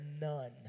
none